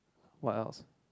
what else